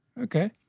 okay